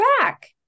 back